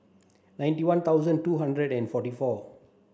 ninety one thousand two hundred and forty four